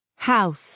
House